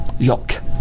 look